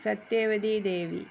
Satyavati Devi